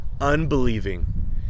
unbelieving